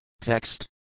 Text